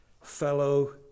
fellow